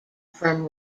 from